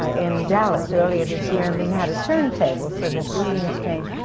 ah in dallas earlier this year, and we had a turntable, so that the scenes changed.